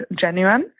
genuine